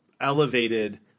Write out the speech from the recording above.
elevated